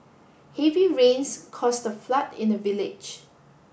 heavy rains caused the flood in the village